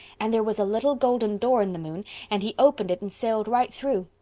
and there was a little golden door in the moon and he opened it and sailed right through.